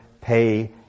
pay